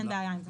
אין בעיה עם זה.